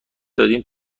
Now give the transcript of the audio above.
دادیم